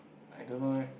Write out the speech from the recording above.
I don't know eh